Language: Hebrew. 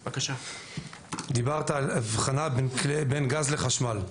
דיברת על הבחנה בין גז לחשמל,